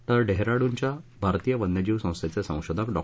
तर डेहरादूनच्या भारतीय वन्यजीव संस्थेचे संशोधक डॉ